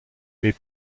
mais